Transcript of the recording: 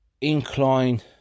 incline